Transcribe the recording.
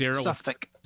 Suffolk